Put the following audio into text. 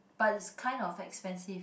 but it's kind of expensive